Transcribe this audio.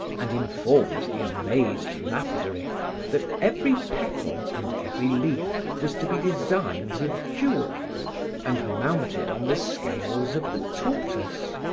and informed the amazed lapidary that every petal and every leaf was to be designed with jewels and mounted on the scales of the tortoise.